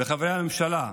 מחברי הממשלה: